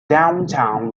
downtown